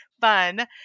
fun